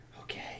Okay